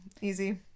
Easy